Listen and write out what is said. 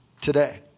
today